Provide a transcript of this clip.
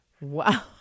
Wow